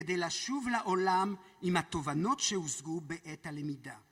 כדי לשוב לעולם עם התובנות שהושגו בעת הלמידה.